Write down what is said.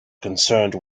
concerned